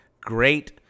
great